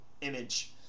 image